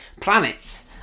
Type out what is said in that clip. planets